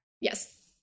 Yes